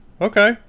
Okay